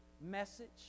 message